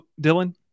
Dylan